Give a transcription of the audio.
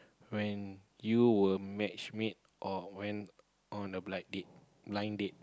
when you were match meet or when on a black date blind date